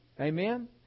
Amen